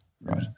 right